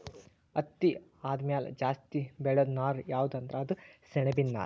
ಹತ್ತಿ ಆದಮ್ಯಾಲ ಜಾಸ್ತಿ ಬೆಳೇದು ನಾರ್ ಯಾವ್ದ್ ಅಂದ್ರ ಅದು ಸೆಣಬಿನ್ ನಾರ್